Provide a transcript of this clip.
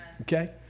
Okay